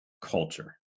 culture